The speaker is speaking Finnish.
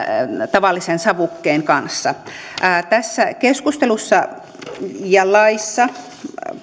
tavallisen savukkeen kanssa tässä keskustelussa ja laissa